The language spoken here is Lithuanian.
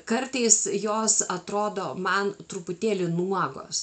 kartais jos atrodo man truputėlį nuogos